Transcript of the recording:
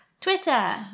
Twitter